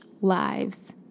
lives